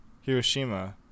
Hiroshima